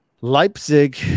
Leipzig